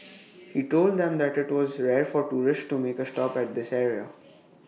he told them that IT was rare for tourists to make A stop at this area